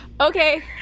okay